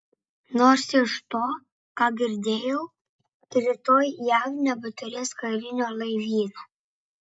nors iš to ką girdėjau rytoj jav nebeturės karinio laivyno